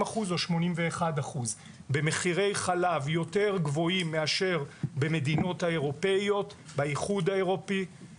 שמחירי החלב גבוהים יותר מאשר במדינות האיחוד האירופי בסדרי גודל כאלה,